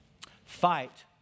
Fight